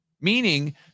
meaning